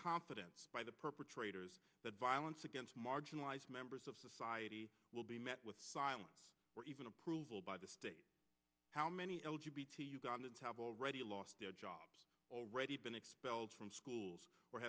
confidence by the perpetrators that violence against marginalized members of society will be met with silence or even approval by the state how many l g b to uganda to have already lost their jobs already been expelled from schools or